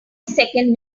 second